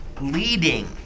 leading